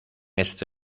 este